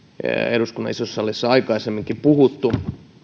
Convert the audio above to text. eduskunnan isossa salissa aikaisemminkin puhuttu